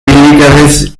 billigeres